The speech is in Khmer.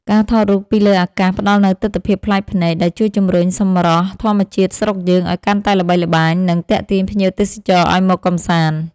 ការថតរូបពីលើអាកាសផ្តល់នូវទិដ្ឋភាពប្លែកភ្នែកដែលជួយជំរុញសម្រស់ធម្មជាតិស្រុកយើងឱ្យកាន់តែល្បីល្បាញ និង ទាក់ទាញភ្ញៀវទេសចរឱ្យមកកម្សាន្ត។